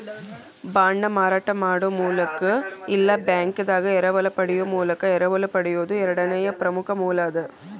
ಬಾಂಡ್ನ ಮಾರಾಟ ಮಾಡೊ ಮೂಲಕ ಇಲ್ಲಾ ಬ್ಯಾಂಕಿಂದಾ ಎರವಲ ಪಡೆಯೊ ಮೂಲಕ ಎರವಲು ಪಡೆಯೊದು ಎರಡನೇ ಪ್ರಮುಖ ಮೂಲ ಅದ